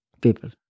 people